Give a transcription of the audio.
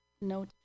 No